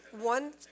one